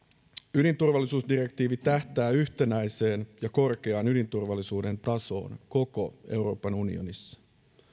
ydinturvallisuusdirektiivi tähtää yhtenäiseen ja korkeaan ydinturvallisuuden tasoon koko euroopan unionissa